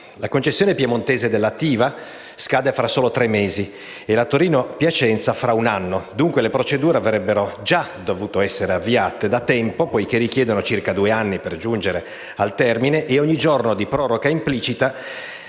La concessione piemontese della ATIVA scade tra soli tre mesi e la Torino-Piacenza tra un anno. Le procedure, quindi, avrebbero già dovuto essere avviate da tempo, poiché richiedono circa due anni per giungere al termine, e ogni giorno di proroga implicita